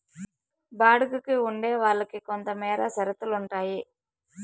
బాడుగికి ఉండే వాళ్ళకి కొంతమేర షరతులు ఉంటాయి